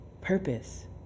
purpose